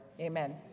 Amen